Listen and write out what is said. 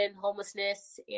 homelessness